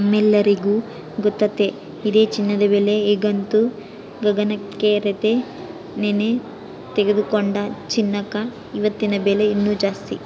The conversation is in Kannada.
ನಮ್ಮೆಲ್ಲರಿಗೂ ಗೊತ್ತತೆ ಇದೆ ಚಿನ್ನದ ಬೆಲೆ ಈಗಂತೂ ಗಗನಕ್ಕೇರೆತೆ, ನೆನ್ನೆ ತೆಗೆದುಕೊಂಡ ಚಿನ್ನಕ ಇವತ್ತಿನ ಬೆಲೆ ಇನ್ನು ಜಾಸ್ತಿ